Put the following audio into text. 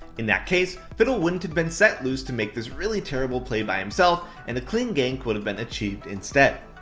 in that case, fiddle wouldn't have been set loose to make this really terrible play by himself, and a clean gank would've been achieved instead.